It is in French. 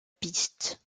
piste